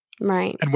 Right